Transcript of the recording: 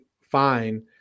fine